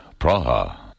Praha